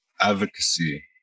Advocacy